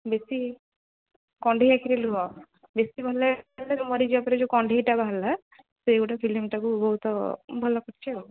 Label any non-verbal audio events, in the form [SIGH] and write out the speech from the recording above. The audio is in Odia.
ବେଶୀ କଣ୍ଢେଇ ଆଖିରେ ଲୁହ ବେଶୀ ଭଲ ଲାଗିଲା [UNINTELLIGIBLE] ମରିଯିବା ପରେ ଯୋଉ କଣ୍ଢେଇଟା ବାହାରିଲା ସେ ଗୋଟେ ଫିଲ୍ମ'ଟାକୁ ବହୁତ ଭଲ କରିଛି ଆଉ